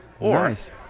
nice